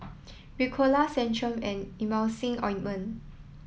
Ricola Centrum and Emulsying Ointment